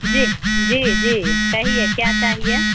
जी जी जी कहिए क्या चाहिए